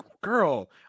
Girl